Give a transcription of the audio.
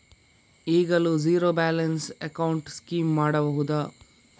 ಈಗಲೂ zero balance account scheme ಮಾಡಬಹುದಾ?